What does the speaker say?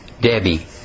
Debbie